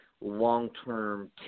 long-term